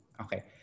Okay